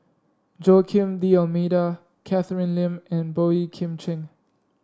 Joaquim D'Almeida Catherine Lim and Boey Kim Cheng